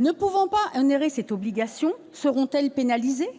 ne pouvant pas un air et cette obligation seront-elles pénalisées